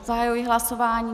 Zahajuji hlasování.